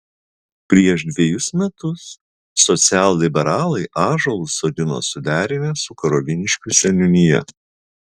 prieš dvejus metus socialliberalai ąžuolus sodino suderinę su karoliniškių seniūnija